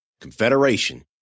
Confederation